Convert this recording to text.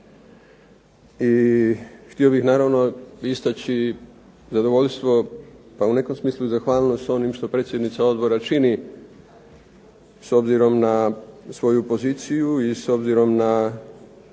I htio bih naravno istaći zadovoljstvo pa u nekom smislu zahvalnost s onim što predsjednica odbora čini s obzirom na svoju poziciju i s obzirom na